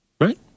Right